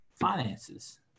finances